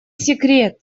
секрет